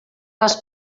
les